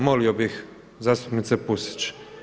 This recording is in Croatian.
Molio bih zastupnice Pusić!